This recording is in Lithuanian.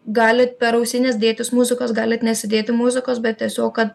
galit per ausines dėtis muzikos galit nesėdėti muzikos bet tiesiog kad